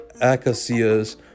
acacias